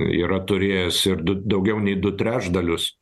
yra turėjęs ir du daugiau nei du trečdalius